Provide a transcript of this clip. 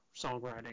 songwriting